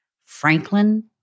Franklin